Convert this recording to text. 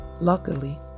Luckily